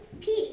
peace